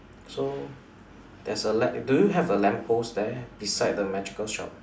so there's a li~ do you have a lamp post there beside the magical shop